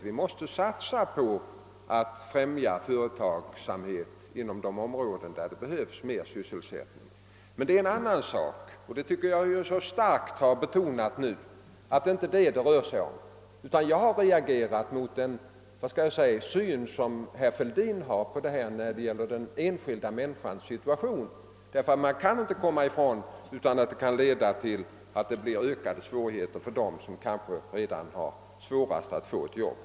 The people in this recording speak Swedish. Vi måste satsa på att främja företagsamheten inom de områden där det behövs fler sysselsättningstillfällen. Det är emellertid en annan sak, och jag tycker att jag nu mycket starkt har betonat att det inte är den saken det här rör sig om. Vad jag har reagerat mot är herr Fälldins syn på den enskilda människans situation. Man kan nämligen inte komma ifrån att vad som här föreslås kan leda till ökade svårigheter just för dem som har det mest besvärligt att få ett arbete.